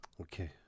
Okay